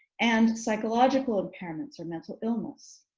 and psychological impairments, or mental illness.